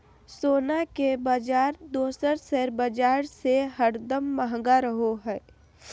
सोना के बाजार दोसर शेयर बाजार से हरदम महंगा रहो हय